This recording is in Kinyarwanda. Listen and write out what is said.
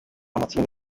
amatsinda